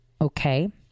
Okay